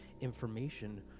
information